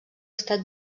estat